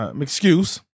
excuse